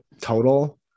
total